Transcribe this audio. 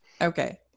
Okay